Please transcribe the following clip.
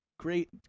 Great